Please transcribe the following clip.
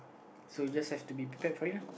so you just have to be prepared for it lah